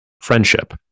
friendship